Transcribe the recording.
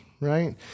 right